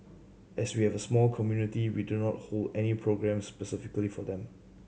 as we have a small community we do not hold any programmes specifically for them